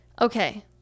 Okay